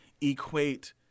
equate